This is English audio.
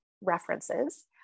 references